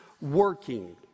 working